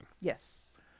Yes